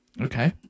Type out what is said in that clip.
Okay